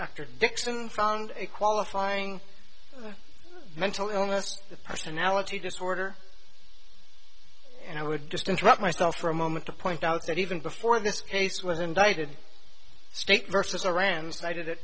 after dixon found a qualifying mental illness the personality disorder and i would just interrupt myself for a moment to point out that even before this case was indicted state versus a rans i did it